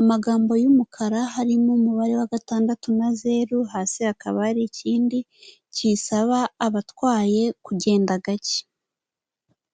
amagambo y'umukara harimo umubare wa gatandatu na zeru, hasi hakaba hari ikindi gisaba abatwaye kugenda gake.